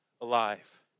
alive